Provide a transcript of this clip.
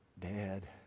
Dad